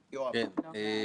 הם הגיבו לפני שהתכנסנו.